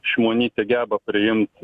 šimonytė geba priimt